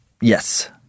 Yes